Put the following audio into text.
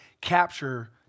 capture